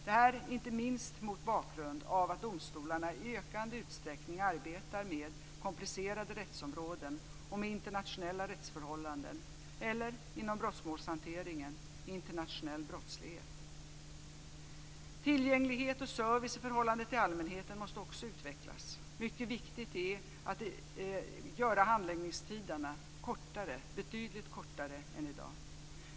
Det här inte minst mot bakgrund av att domstolarna i ökande utsträckning arbetar med komplicerade rättsområden och med internationella rättsförhållanden eller, inom brottsmålshanteringen, internationell brottslighet. Tillgänglighet och service i förhållande till allmänheten måste också utvecklas. Mycket viktigt är att göra handläggningstiderna betydligt kortare än i dag.